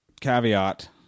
Caveat